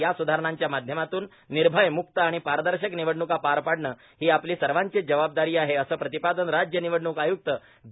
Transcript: या स्धारणांच्या माध्यमातून निर्भयए म्क्त आणि पारदर्शक निवडण्का पार पाडणं ही आपली सर्वांचीच जबाबदारी आहेर असं प्रतिपादन राज्य निवडणूक आय्क्त ज